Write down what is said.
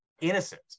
innocent